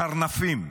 קרנפים,